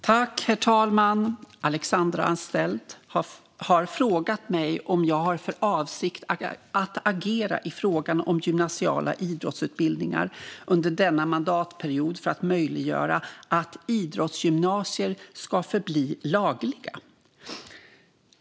Herr talman! Alexandra Anstrell har frågat mig om jag har för avsikt att agera i frågan om gymnasiala idrottsutbildningar under denna mandatperiod för att möjliggöra att idrottsgymnasier ska förbli lagliga.